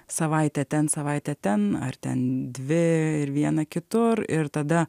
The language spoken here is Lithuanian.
savaitė ten savaitė ten ar ten dvi ir viena kitur ir tada